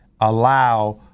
allow